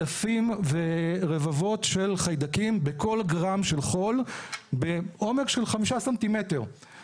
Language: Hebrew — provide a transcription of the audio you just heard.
אלפים ורבבות של חיידקים בכל גרם של חול בעומק של 5 ס"מ,